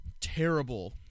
terrible